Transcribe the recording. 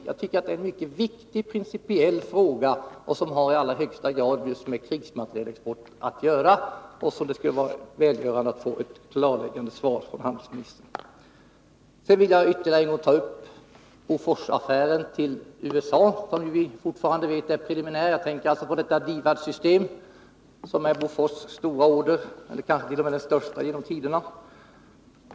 Jag tycker att det är en mycket viktig principiell fråga, som i allra högsta grad har med krigsmaterielexport att göra. Det skulle vara välgörande att få ett klarläggande svar från handelsministern. Sedan vill jag ytterligare en gång ta upp Boforsaffären med USA som — det vet vi — ju fortfarande är preliminär. Jag tänkte alltså på DIVAD-systemet, som är Bofors stora order — kanske den största genom tiderna.